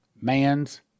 Man's